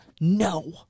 No